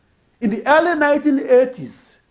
in the early nineteen eighty s,